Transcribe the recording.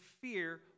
fear